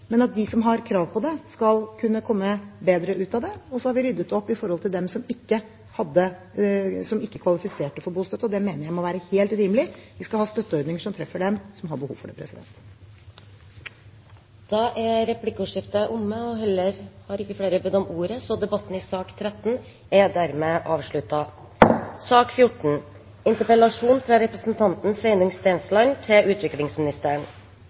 men at de som har krav på den, skal kunne komme bedre ut av det. Så har vi ryddet opp når det gjelder dem som ikke kvalifiserte for bostøtte. Det mener jeg må være helt rimelig. Vi skal ha støtteordninger som treffer dem som har behov for det. Replikkordskiftet er omme. Flere har ikke bedt om ordet til sak nr. 13. Det er